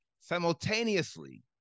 simultaneously